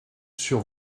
sur